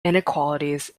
inequalities